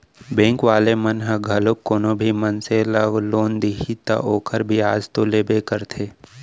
bank वाले मन ह घलोक कोनो भी मनसे ल लोन दिही त ओखर बियाज तो लेबे करथे